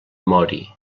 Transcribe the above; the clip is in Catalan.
mori